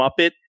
Muppet